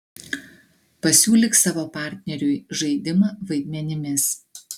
pasiūlyk savo partneriui žaidimą vaidmenimis